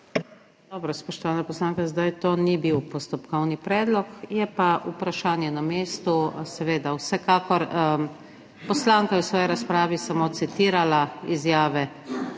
Dobro, spoštovana poslanka, zdaj to ni bil postopkovni predlog, je pa vprašanje na mestu. seveda vsekakor, poslanka je v svoji razpravi samo citirala izjave